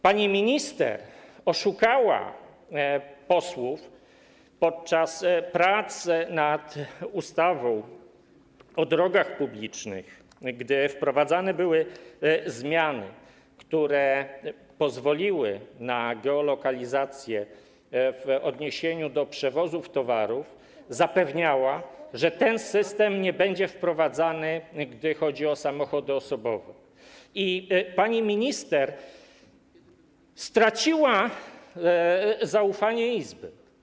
Pani minister oszukała posłów podczas prac nad ustawą o drogach publicznych, gdy wprowadzane były zmiany, które pozwoliły na geolokalizację w odniesieniu do przewozów towarów, zapewniała, że ten system nie będzie wprowadzony, jeśli chodzi o samochody osobowe, i pani minister straciła zaufanie Izby.